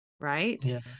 Right